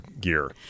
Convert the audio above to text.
gear